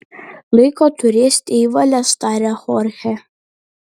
laiko turėsite į valias tarė chorchė